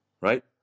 right